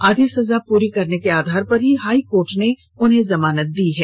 आधी सजा पूरी करने के आधार पर ही हाई कोर्ट ने लालू को जमानत दी है